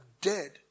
dead